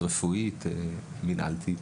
רפואית ומנהלתית.